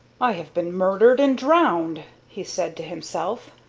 i have been murdered and drowned, he said to himself.